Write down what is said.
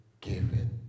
given